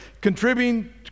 Contributing